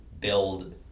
build